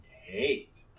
hate